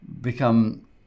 become